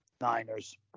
Niners